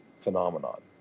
phenomenon